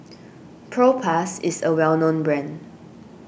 Propass is a well known brand